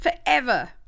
forever